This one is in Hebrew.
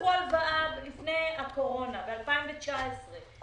שלקחו הלוואה לפני הקורונה, ב-2019.